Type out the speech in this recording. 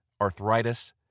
arthritis